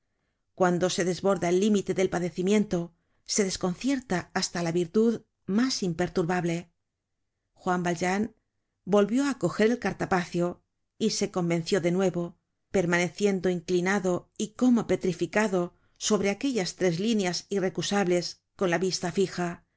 cuando se desborda el límite del padecimiento se desconcierta hasta la virtud mas imperturbable juan valjean volvió á coger el cartapacio y se convenció de nuevo permaneciendo inclinado y como petrificado sobre aquellas tres líneas irrecusables con la vista fija